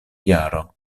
jaro